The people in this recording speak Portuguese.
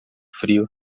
frio